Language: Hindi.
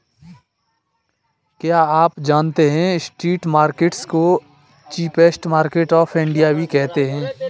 क्या आप जानते है स्ट्रीट मार्केट्स को चीपेस्ट मार्केट्स ऑफ इंडिया भी कहते है?